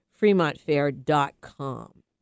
FremontFair.com